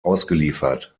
ausgeliefert